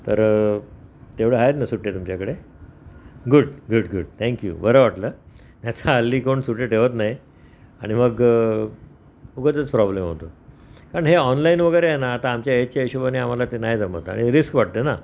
तरं तेवढं आहेत ना सुट्टे तुमच्याकडे good good good thank you बरं वाटलं नाहीतर हल्ली कोण सुट्टे ठेवत नाही आणि मग उगाचच प्रॉब्लेम होतो कारण हे ऑनलाईन वगैरे ना आता आमच्या ह्याच्या हिशोबाने आम्हाला ते नाही जमत आणि रिस्क वाटते ना